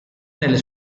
nelle